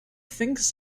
thinks